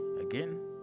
Again